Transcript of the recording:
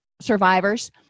survivors